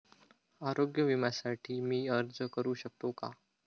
आरोग्य विम्यासाठी मी अर्ज करु शकतो का?